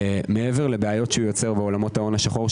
מעבר לבעיות שהוא יוצר בעולמות ההון השחור,